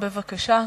בבקשה,